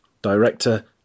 Director